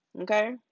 Okay